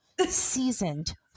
Seasoned